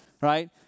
right